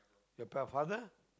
your pa~ father